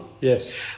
yes